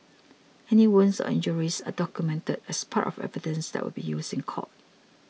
any wounds or injuries are documented as part of evidence that will be used in court